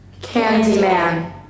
Candyman